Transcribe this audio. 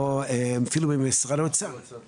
או אפילו ממשרד האוצר --- אנחנו לא צד לעניין.